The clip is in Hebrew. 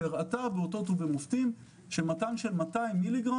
והראתה באותות ובמופתים שמתן 200 מ"ג